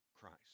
Christ